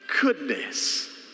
goodness